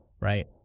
Right